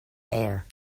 air